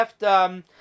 left